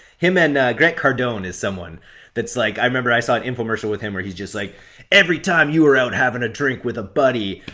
him and grant cardone is someone that's like. i remember i saw an infomercial with him where he's just like every time you are out having a drink with a buddy,